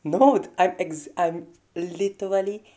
no du~ I'm ex~ I'm literally